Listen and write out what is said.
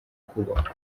kubahwa